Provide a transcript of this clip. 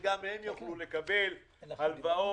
שגם הם יוכלו לקבל הלוואות